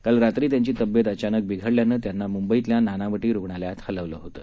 काल रात्री त्यांची तब्येत अचानक बिघडल्यानं त्यांना मुंबईतल्या नानावटी रुग्णालयात हलवलं होतं